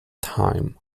time